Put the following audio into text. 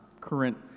current